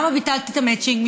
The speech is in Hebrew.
למה ביטלתי את המצ'ינג?